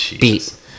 beat